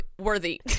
worthy